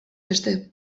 beste